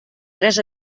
tres